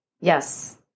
Yes